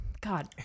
God